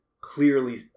clearly